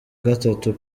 gatatu